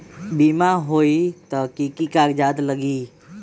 बिमा होई त कि की कागज़ात लगी?